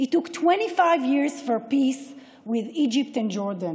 נדרשו 25 שנה לכונן שלום עם מצרים ועם ירדן